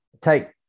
take